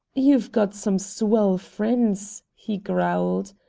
you've got some swell friends, he growled.